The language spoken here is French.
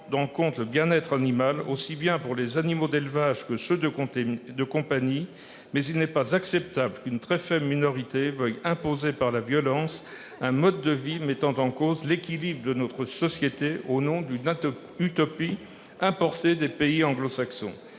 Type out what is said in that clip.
en compte le bien-être animal, aussi bien celui des animaux d'élevage que celui des animaux de compagnie, mais il n'est pas acceptable qu'une très faible minorité veuille imposer par la violence un mode de vie mettant en cause l'équilibre de notre société au nom d'une utopie importée des pays anglo-saxons.